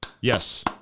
Yes